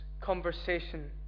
conversation